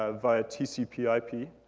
ah via tcp